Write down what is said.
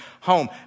home